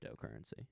cryptocurrency